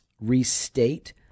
restate